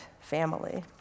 family